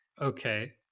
okay